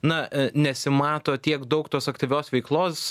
na nesimato tiek daug tos aktyvios veiklos